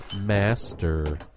master